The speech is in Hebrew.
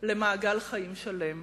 למעגל חיים שלם.